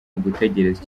ugutegereza